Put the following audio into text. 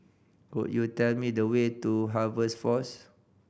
could you tell me the way to Harvest Force